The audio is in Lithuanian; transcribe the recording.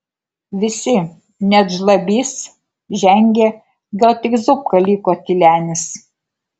visi net žlabys žengė gal tik zupka liko tylenis